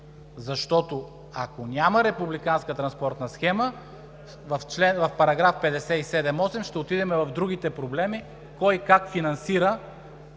защото, ако няма републиканска транспортна схема, в § 57 – 58 ще отидем в другите проблеми – кой как финансира